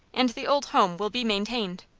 and the old home will be maintained.